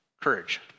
courage